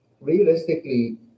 realistically